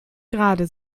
gerade